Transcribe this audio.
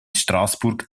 straßburg